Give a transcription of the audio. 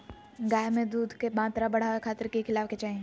गाय में दूध के मात्रा बढ़ावे खातिर कि खिलावे के चाही?